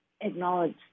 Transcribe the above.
acknowledge